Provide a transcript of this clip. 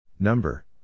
Number